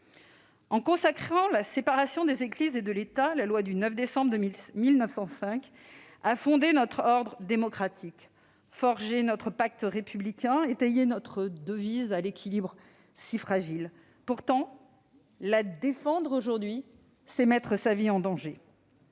En consacrant la séparation des Églises et de l'État, la loi du 9 décembre 1905 a fondé notre ordre démocratique, forgé notre pacte républicain et étayé notre devise à l'équilibre si fragile. Pourtant, la défendre aujourd'hui c'est mettre sa vie en danger.